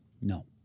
No